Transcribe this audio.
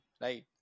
right